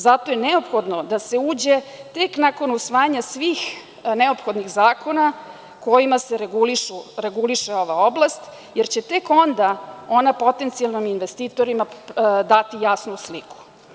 Zato je neophodno da se uđe tek nakon usvajanja svih neophodnih zakona kojima se reguliše ova oblast, jer će tek onda ona potencijalnim investitorima dati jasnu sliku.